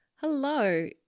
Hello